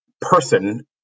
person